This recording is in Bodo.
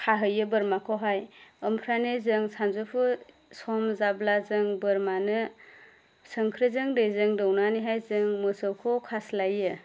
खाहैयो बोरमाखौहाय ओमफ्रायनो जों सानजौफु सम जाब्ला जों बोरमानो सोंख्रिजों दैजों दौनानैहाय जों मोसौखौ खास्लायो